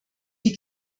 die